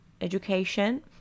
education